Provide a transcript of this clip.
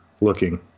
looking